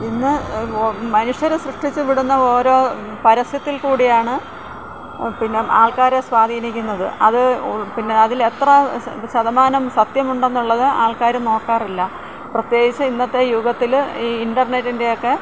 ഇന്ന് മനുഷ്യർ സൃഷ്ടിച്ച് വിടുന്ന ഓരോ പരസ്യത്തിൽ കൂടിയാണ് പിന്നെ ആൾക്കാരെ സ്വാധിനിക്കുന്നത് അത് പിന്നെ അതിൽ എത്ര ശതമാനം സത്യമുണ്ട് എന്നുള്ളത് ആൾക്കാർ നോക്കാറില്ല പ്രതേകിച്ച് ഇന്നത്തെ യുഗത്തിൽ ഈ ഇൻറ്റർനറ്റിൻ്റെയൊക്കെ